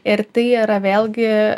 ir tai yra vėlgi